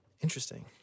Interesting